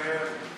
מתחייב אני